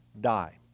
die